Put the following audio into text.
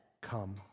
come